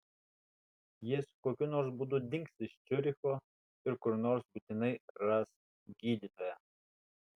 jis kokiu nors būdu dings iš ciuricho ir kur nors būtinai ras gydytoją